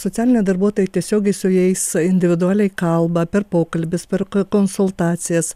socialinė darbuotoja tiesiogiai su jais individualiai kalba per pokalbius per ko konsultacijas